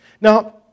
Now